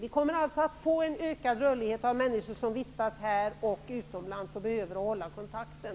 Vi kommer således att få en ökad rörlighet av människor som både vistas här i Sverige och utomlands. De behöver hålla kontakten.